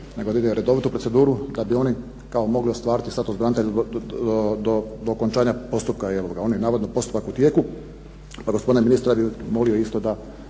da bi oni kao mogli ostvariti status branitelja do okončanja postupka. On je navodno postupak u tijeku. Pa gospodine ministre, ja bih molio isto da